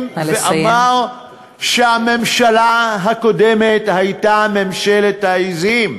ואמר שהממשלה הקודמת הייתה ממשלת העזים.